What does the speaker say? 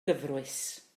gyfrwys